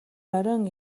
оройн